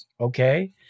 Okay